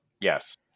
Yes